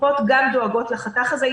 הקופות דואגות גם לחתך הזה.